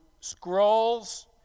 scrolls